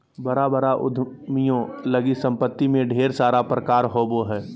बड़ा बड़ा उद्यमियों लगी सम्पत्ति में ढेर सारा प्रकार होबो हइ